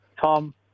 Tom